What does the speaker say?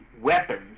weapons